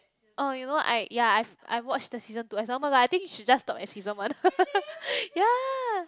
oh you know I ya I I've watched the season two it's normal lah I think should just stop at season one ya